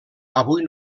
avui